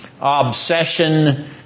obsession